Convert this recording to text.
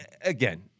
again